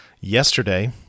yesterday